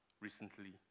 recently